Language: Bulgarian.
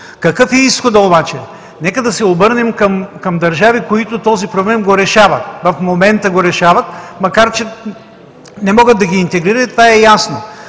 Какъв е изходът обаче? Нека да се обърнем към държави, които решават този проблем, в момента го решават, макар че не могат да ги интегрират – това е ясно.